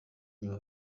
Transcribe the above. inyuma